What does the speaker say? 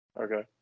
Okay